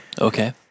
Okay